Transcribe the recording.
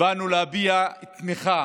באנו להביע תמיכה